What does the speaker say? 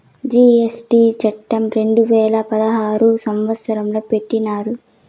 GST చట్టం రెండు వేల పదహారు సంవత్సరంలో పెట్టినారు